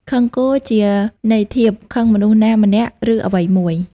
ខឹងគោ ជាន័យធៀប ខឹងមនុស្សណាម្នាក់ឬអ្វីមួយ ។